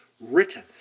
written